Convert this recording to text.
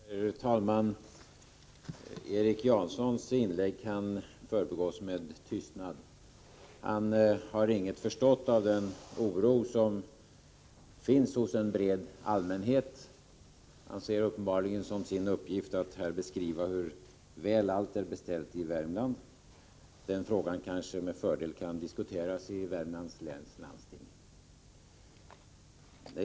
Herr talman! Erik Jansons inlägg kan förbigås med tystnad. Han har inget förstått av den oro som finns hos en bred allmänhet. Han ser uppenbarligen som sin uppgift att här beskriva hur väl allt är beställt i Värmland. Den frågan kan kanske med fördel diskuteras i Värmlands läns landsting.